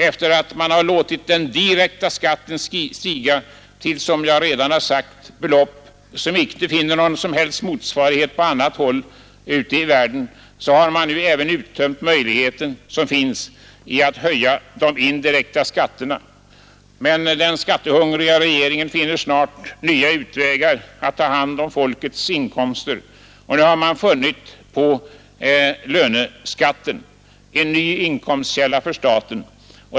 Efter att ha låtit den direkta skatten stiga till, som jag redan sagt, belopp som icke finner någon motsvarighet på annat håll ute i världen, har man nu även uttömt den möjlighet som finns att höja de indirekta skatterna. Men den skattehungriga regeringen finner snart nya utvägar att ta hand om folkets inkomster. Nu har man funnit på löneskatten, en ny inkomstkälla för staten.